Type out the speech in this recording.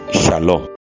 Shalom